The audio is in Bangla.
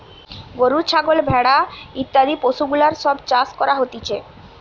গরু, ছাগল, ভেড়া ইত্যাদি পশুগুলার সব চাষ করা হতিছে